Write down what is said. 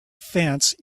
fence